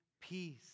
peace